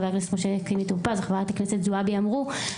חבר הכנסת משה (קינלי) טור פז וחברת הכנסת זועבי אמרו,